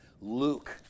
Luke